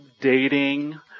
dating